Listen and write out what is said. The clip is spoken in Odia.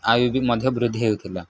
ଆୟୁ ବି ମଧ୍ୟ ବୃଦ୍ଧି ହେଉଥିଲା